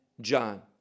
john